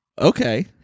Okay